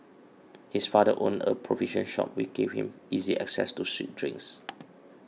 his father owned a provision shop which gave him easy access to sweet drinks